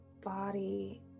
body